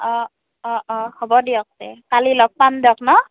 অঁ অঁ হ'ব দিয়কটে কালি লগ পাম দিয়ক ন